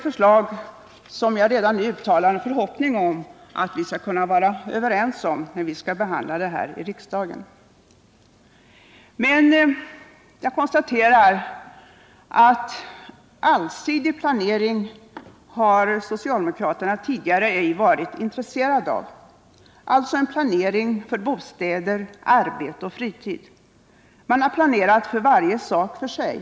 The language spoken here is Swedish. Jag vill redan nu uttala en förhoppning om att vi skall kunna enas om dessa förslag när de behandlas här i riksdagen, samtidigt som jag konstaterar att socialdemokraterna tidigare inte har varit intresserade av en allsidig planering, dvs. en planering för bostäder, arbete och fritid. De har planerat för varje sak för sig.